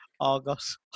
Argos